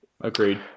Agreed